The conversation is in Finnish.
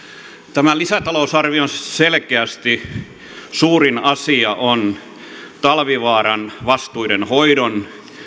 tämän lisätalousarvion selkeästi suurin asia on talvivaaran vastuiden hoidon